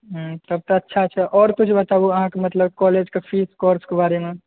तब तऽ अच्छा छै आओर किछु बताबू ओ अहाँक मतलब कॉलेज कऽ फीस कोर्स कऽ बारे मऽ